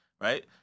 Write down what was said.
Right